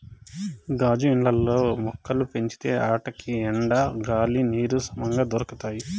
గాజు ఇండ్లల్ల మొక్కలు పెంచితే ఆటికి ఎండ, గాలి, నీరు సమంగా దొరకతాయి